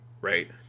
right